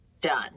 done